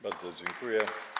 Bardzo dziękuję.